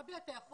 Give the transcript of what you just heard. אני ראש